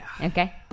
okay